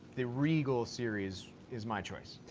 the regal series is my choice.